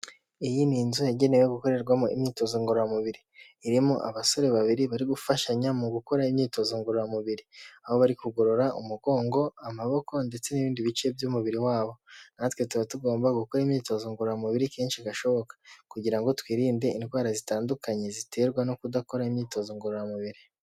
Iyi ni inzu yagenewe gukorerwamo imyitozo ngororamubiri, irimo abasore babiri bari gufashanya mu gukora imyitozo ngororamubiri, aho bari kugorora umugongo amaboko ndetse n'ibindi bice by'umubiri wabo, natwe tuba tugomba gukora imyitozo ngororamubiri kenshi gashoboka, kugira ngo twirinde indwara zitandukanye ziterwa no kudakora imyitozo ngororamubiri.